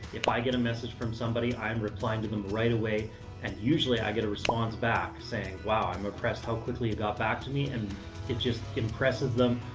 if i get a message from somebody, i'm replying to them right away and usually i get a response back saying, wow, i'm impressed how quickly it got back to me. and it just impresses them.